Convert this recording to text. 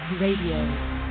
Radio